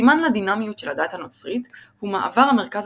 סימן לדינמיות של הדת הנוצרית הוא מעבר המרכז